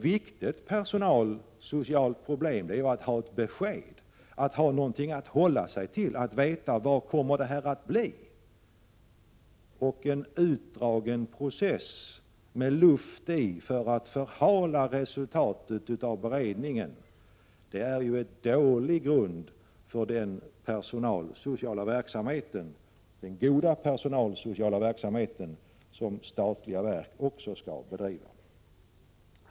Ur personalsocial synpunkt är det dock viktigt att få besked, dvs. att få veta vad som kommer att hända. En utdragen process med luft i för att förhala resultatet av beredningen är en dålig grund för den goda personalsociala verksamhet som statliga verk också skall bedriva.